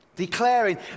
declaring